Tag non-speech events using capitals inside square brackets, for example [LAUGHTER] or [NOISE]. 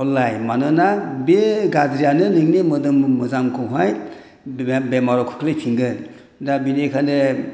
[UNINTELLIGIBLE] मानोना बे गाज्रिआनो नोंनि मोदोम मोजांखौहाय बेमाराव खोख्लैफिनगोन दा बेनिखायनो